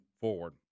forward